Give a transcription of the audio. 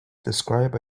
describe